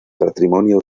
patrimonio